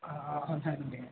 అవునండి